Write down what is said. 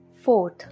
Fourth